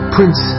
Prince